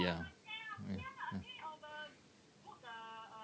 mm mm